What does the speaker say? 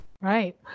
Right